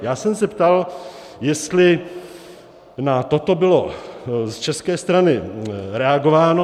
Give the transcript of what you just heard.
Já jsem se ptal, jestli na toto bylo z české strany reagováno.